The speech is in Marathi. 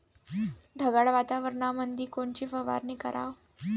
ढगाळ वातावरणामंदी कोनची फवारनी कराव?